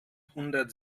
hundert